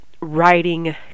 Writing